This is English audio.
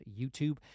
YouTube